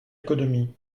économie